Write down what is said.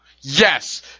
Yes